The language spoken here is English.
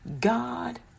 God